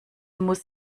muss